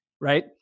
right